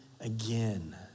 again